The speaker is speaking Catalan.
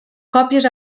còpies